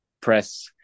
press